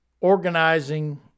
Organizing